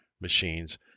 machines